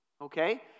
okay